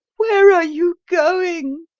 where are you going?